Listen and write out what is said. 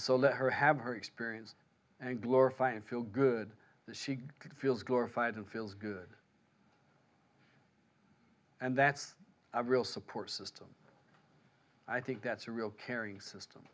so let her have her experience and glorify and feel good that she could feels glorified and feels good and that's a real support system i think that's a real caring system